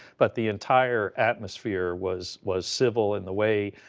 but the entire atmosphere was was civil, in the way,